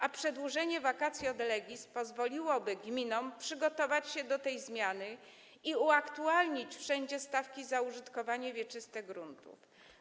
A przedłużenie vacatio legis pozwoliłoby gminom przygotować się do tej zmiany i uaktualnić wszędzie stawki za użytkowanie wieczyste gruntu.